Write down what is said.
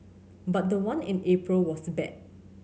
but the one in April was bad